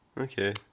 Okay